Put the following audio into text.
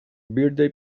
birthday